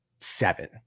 seven